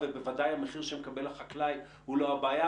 ובוודאי שהמחיר שמקבל החקלאי הוא לא הבעיה.